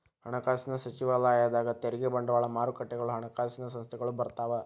ಹಣಕಾಸಿನ ಸಚಿವಾಲಯದಾಗ ತೆರಿಗೆ ಬಂಡವಾಳ ಮಾರುಕಟ್ಟೆಗಳು ಹಣಕಾಸಿನ ಸಂಸ್ಥೆಗಳು ಬರ್ತಾವ